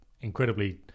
incredibly